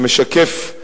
שמשקף יותר,